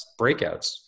breakouts